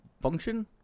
function